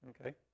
Okay